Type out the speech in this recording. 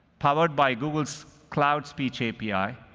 powered by google's cloud speech api,